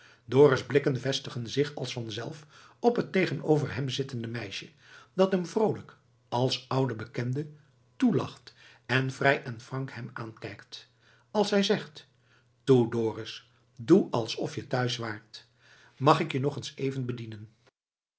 dorus blikken vestigen zich als vanzelf op het tegenover hem zittende meisje dat hem vroolijk als oude bekende toelacht en vrij en frank hem aankijkt als zij zegt toe dorus doe alsof je thuis waart mag ik je nog eens even bedienen